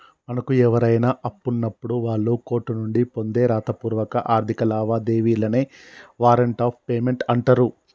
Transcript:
మనకు ఎవరైనా అప్పున్నప్పుడు వాళ్ళు కోర్టు నుండి పొందే రాతపూర్వక ఆర్థిక లావాదేవీలనే వారెంట్ ఆఫ్ పేమెంట్ అంటరు